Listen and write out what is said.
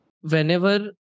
Whenever